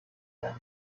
that